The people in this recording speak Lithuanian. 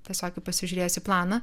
tiesiog pasižiūrėjus į planą